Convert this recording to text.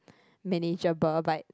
manageable but